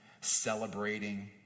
celebrating